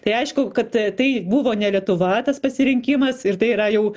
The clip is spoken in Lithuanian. tai aišku kad tai buvo ne lietuva tas pasirinkimas ir tai yra jau